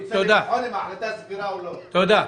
תודה.